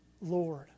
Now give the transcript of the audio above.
Lord